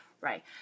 right